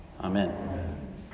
Amen